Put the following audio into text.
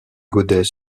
godet